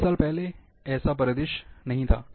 20 साल पहले ऐसा परिदृश्य नहीं था